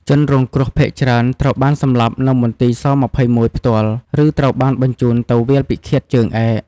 ជនរងគ្រោះភាគច្រើនត្រូវបានសម្លាប់នៅមន្ទីរ ស-២១ ផ្ទាល់ ឬត្រូវបានបញ្ជូនទៅវាលពិឃាតជើងឯក។